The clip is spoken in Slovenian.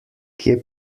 kje